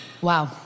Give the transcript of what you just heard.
Wow